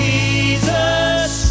Jesus